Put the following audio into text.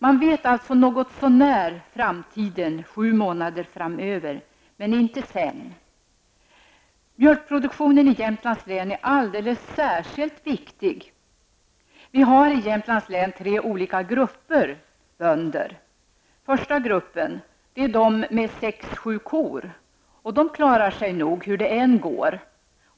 Man känner alltså något så när till framtiden sju månader framöver, men inte därefter. Mjölkproduktionen i Jämtlands län är alldeles särskilt viktig. Vi har i Jämtlands län tre olika grupper av bönder. Den första gruppen är de med sex sju kor, och de klarar sig nog hur det än går.